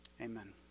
Amen